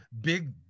big